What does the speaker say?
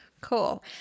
cool